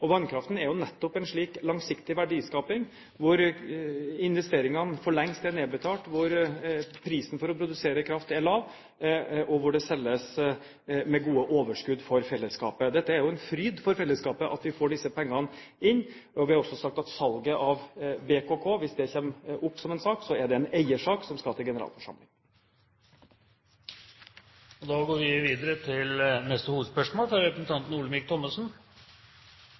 Vannkraften er jo nettopp en slik langsiktig verdiskaping, hvor investeringene for lengst er nedbetalt, hvor prisen for å produsere kraft er lav, og hvor det selges med gode overskudd for fellesskapet. Det er jo en fryd for fellesskapet at vi får disse pengene inn. Vi har også sagt at salget av BKK, hvis det kommer opp som en sak, er en eiersak som skal til generalforsamlingen. Da går vi videre til dagens siste hovedspørsmål.